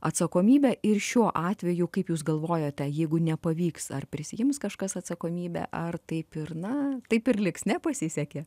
atsakomybę ir šiuo atveju kaip jūs galvojate jeigu nepavyks ar prisiims kažkas atsakomybę ar taip ir na taip ir liks nepasisekė